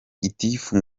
gitifu